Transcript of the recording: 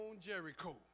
Jericho